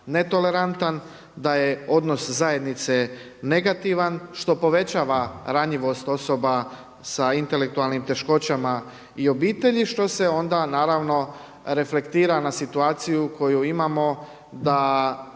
netolerantan, da je odnos zajednice negativan što povećava ranjivost osoba sa intelektualnim teškoćama i obitelji što se onda naravno reflektira na situaciju koju imamo, da